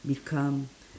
be calm